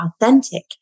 authentic